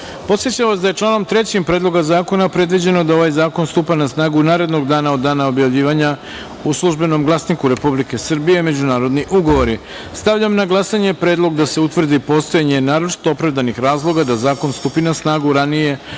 vas da je članom 3. Predloga zakona predviđeno da ovaj zakon stupa na snagu narednog dana od dana objavljivanja u „Službenom glasniku Republike Srbije -Međunarodni ugovori“.Stavljam na glasanje predlog da se utvrdi postojanje naročito opravdanih razloga da zakon stupi na snagu ranije